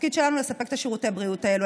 התפקיד שלנו הוא לספק את שירותי הבריאות האלה.